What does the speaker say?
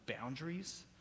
boundaries